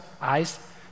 eyes